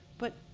but